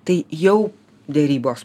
tai jau derybos